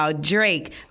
Drake